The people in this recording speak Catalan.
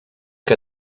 que